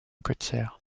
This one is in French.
côtière